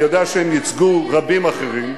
אני יודע שהם ייצגו רבים אחרים,